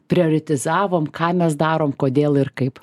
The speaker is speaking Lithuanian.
prioretizavom ką mes darom kodėl ir kaip